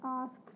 ask